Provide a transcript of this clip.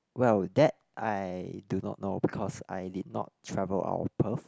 well that I do not know because I did not travel out of Perth